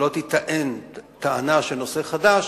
שלא תיטען טענה של נושא חדש,